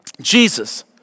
Jesus